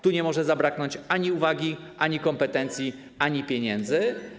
Tu nie może zabraknąć ani uwagi, ani kompetencji, ani pieniędzy.